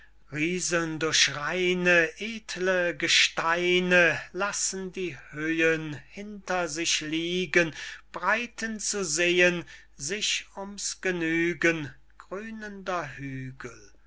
reine edle gesteine lassen die höhen hinter sich liegen breiten zu seen sich ums genügen grünender hügel